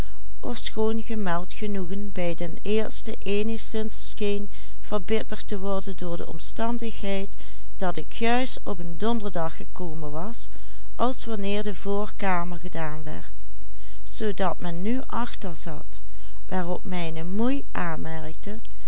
verbitterd te worden door de omstandigheid dat ik juist op een donderdag gekomen was als wanneer de voorkamer gedaan werd zoodat men nu achter zat